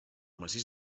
massís